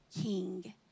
king